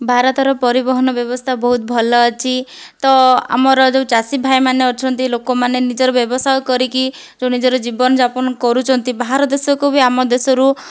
ଭାରତର ପରିବହନ ବ୍ୟବସ୍ଥା ବହୁତ ଭଲ ଅଛି ତ' ଆମର ଯେଉଁ ଚାଷୀ ଭାଇମାନେ ଅଛନ୍ତି ଲୋକମାନେ ନିଜର ବ୍ୟବସାୟ କରିକି ଯେଉଁ ନିଜର ଜୀବନ ଯାପନ କରୁଛନ୍ତି ବାହାର ଦେଶକୁ ବି ଆମ ଦେଶରୁ